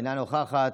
אינה נוכחת,